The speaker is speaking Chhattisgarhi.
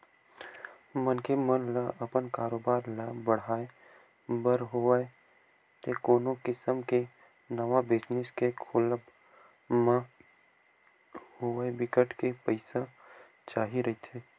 मनखे मन ल अपन कारोबार ल बड़हाय बर होवय ते कोनो किसम के नवा बिजनेस के खोलब म होवय बिकट के पइसा चाही रहिथे